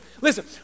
listen